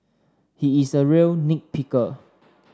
he is a real nit picker